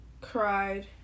cried